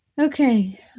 Okay